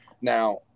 Now